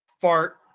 fart